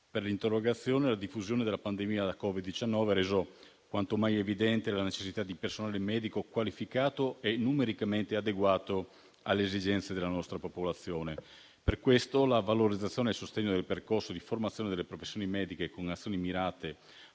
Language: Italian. per l'interrogazione. La diffusione della pandemia da Covid-19 ha reso quanto mai evidente la necessità di personale medico qualificato e numericamente adeguato alle esigenze della nostra popolazione. Per questo, la valorizzazione e il sostegno del percorso di formazione delle professioni mediche con azioni mirate,